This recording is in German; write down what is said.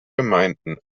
gemeinden